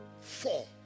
four